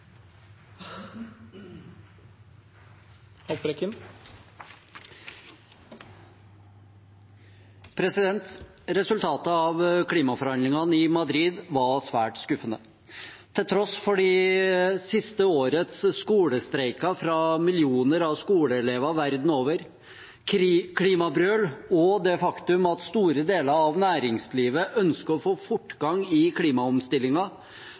til. Resultatet av klimaforhandlingene i Madrid var svært skuffende. Til tross for det siste årets skolestreiker fra millioner av skoleelever verden over, klimabrøl og det faktum at store deler av næringslivet ønsker å få fortgang i